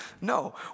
No